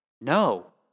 No